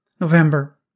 November